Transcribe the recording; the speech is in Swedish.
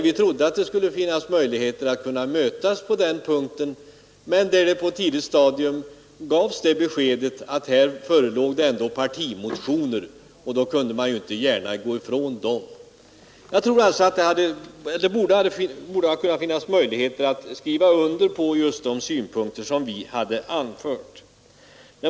Vi trodde att det skulle finnas möjligheter att mötas, men på ett tidigt stadium gavs ju beskedet att det ändå förelåg borgerliga partimotioner, och dem kunde man inte gärna gå ifrån. Det borde i alla fall ha varit möjligt att skriva under just de synpunkter som vi har anfört.